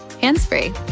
hands-free